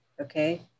okay